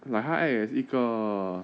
like 他 act as 一个